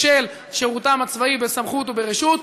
בשל שירותם הצבאי בסמכות וברשות,